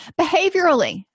Behaviorally